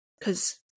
Cause